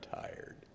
tired